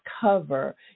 cover